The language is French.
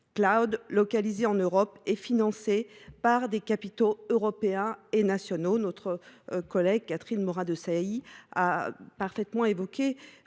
cloud localisés en Europe, financés par des capitaux européens et nationaux. Notre collègue Catherine Morin Desailly a parfaitement